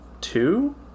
two